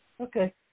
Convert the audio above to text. Okay